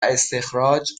استخراج